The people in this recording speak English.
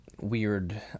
weird